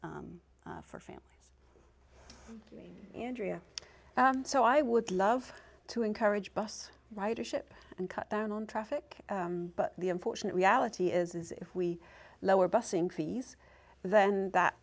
for family andrea so i would love to encourage bus ridership and cut down on traffic but the unfortunate reality is is if we lower busing fees then that